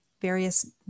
various